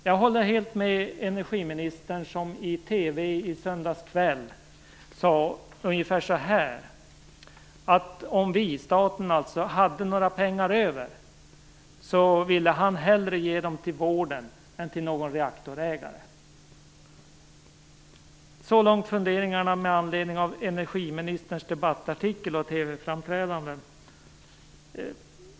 Jag håller helt med energiministern, som i TV i söndags kväll sade ungefär att om vi, dvs. staten, hade några pengar över ville han hellre ge dem till vården än till någon reaktorägare. Så långt funderingarna med anledning av energiministerns debattartikel och TV-framträdande.